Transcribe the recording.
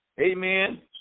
amen